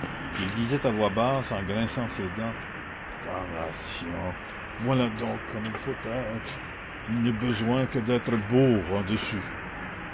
il disait à voix basse en grinçant des dents damnation voilà donc comme il faut être il n'est besoin que d'être beau